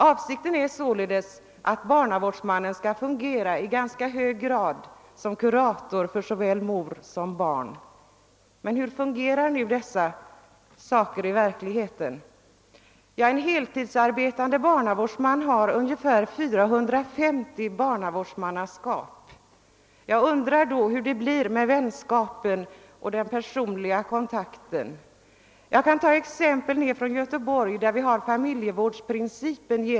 Avsikten är såle des att barnavårdsmannen i ganska hög grad skall fungera som kurator för såväl mor som barn. Men hur fungerar detta i verkligheten? Den heltidsarbetande barnavårdsmannen har ungefär 450 barnavårdsmannaskap. Jag undrar hur det då blir med vänskapen och den personliga kontakten. Jag kan ta ett exempel från Göteborg, där vi har infört familjevårdsprincipen.